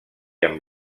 amb